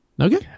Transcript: Okay